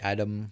Adam